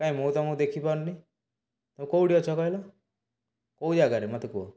କାଇଁ ମୁଁ ତମକୁ ଦେଖିପାରୁନି ତମେ କୋଉଠି ଅଛ କହିଲ କୋଉ ଜାଗାରେ ମୋତେ କୁହ